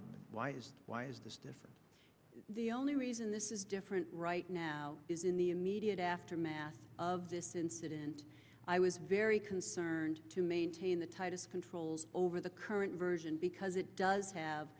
provided why is why is this different the only reason this is different right now is in the immediate aftermath of this incident i was very concerned to maintain the tightest controls over the current version because it does have